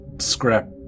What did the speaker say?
Scrap